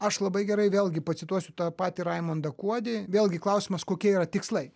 aš labai gerai vėlgi pacituosiu tą patį raimondą kuodį vėlgi klausimas kokie yra tikslai